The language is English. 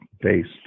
based